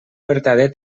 verdader